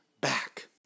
back